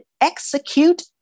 execute